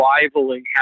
rivaling